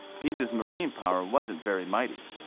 pisa's marine power wasn't very mighty.